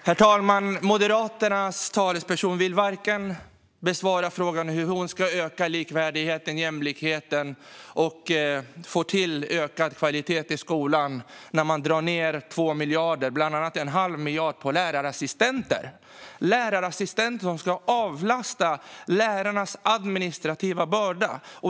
Herr talman! Moderaternas talesperson vill inte besvara frågan hur man ska öka likvärdigheten och jämlikheten och få till ökad kvalitet i skolan när man drar ned 2 miljarder, bland annat en halv miljard på lärarassistenter, som ska avlasta lärarnas administrativa börda.